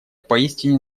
поистине